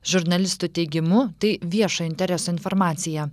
žurnalistų teigimu tai viešo intereso informacija